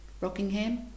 Rockingham